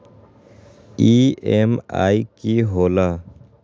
EMI की होला?